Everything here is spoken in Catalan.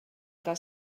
que